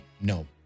no